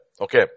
okay